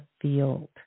field